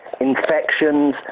infections